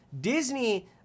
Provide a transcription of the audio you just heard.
Disney